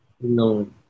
No